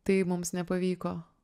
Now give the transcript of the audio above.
tai mums nepavyko